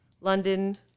London